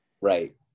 Right